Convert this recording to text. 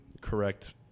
correct